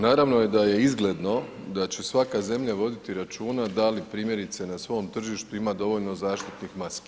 Naravno je da je izgledno da će svaka zemlja voditi računa da li primjerice na svom tržištu ima dovoljno zaštitnih maski.